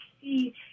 see